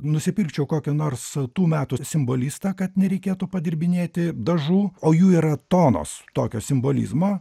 nusipirkčiau kokį nors tų metų simbolistą kad nereikėtų padirbinėti dažų o jų yra tonos tokio simbolizmo